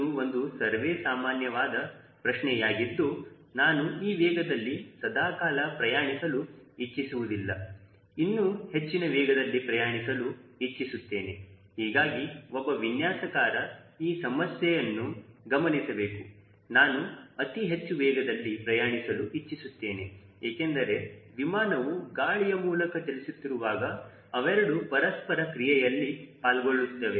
ಇದು ಒಂದು ಸರ್ವೇಸಾಮಾನ್ಯವಾದ ಪ್ರಶ್ನೆಯಾಗಿದ್ದು ನಾನು ಈ ವೇಗದಲ್ಲಿ ಸದಾಕಾಲ ಪ್ರಯಾಣಿಸಲು ಇಚ್ಚಿಸುವುದಿಲ್ಲ ಇನ್ನು ಹೆಚ್ಚಿನ ವೇಗದಲ್ಲಿ ಪ್ರಯಾಣಿಸಲು ಇಚ್ಚಿಸುತ್ತೇನೆ ಹೀಗಾಗಿ ಒಬ್ಬ ವಿನ್ಯಾಸಕಾರ ಈ ಸಮಸ್ಯೆಯನ್ನು ಗಮನಿಸಬೇಕು ನಾನು ಅತಿ ಹೆಚ್ಚು ವೇಗದಲ್ಲಿ ಪ್ರಯಾಣಿಸಲು ಇಚ್ಚಿಸುತ್ತೇನೆ ಏಕೆಂದರೆ ವಿಮಾನವು ಗಾಳಿಯ ಮೂಲಕ ಚಲಿಸುತ್ತಿರುವಾಗ ಅವೆರಡೂ ಪರಸ್ಪರ ಕ್ರಿಯೆಯಲ್ಲಿ ಪಾಲ್ಗೊಳ್ಳುತ್ತವೆ